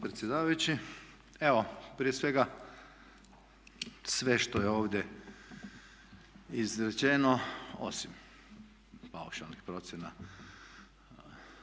predsjedavajući. Evo prije svega sve što je ovdje izrečeno osim paušalnih procjena